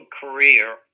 career